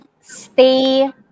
stay